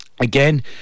Again